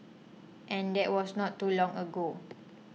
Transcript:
and that was not too long ago